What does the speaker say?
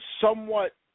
Somewhat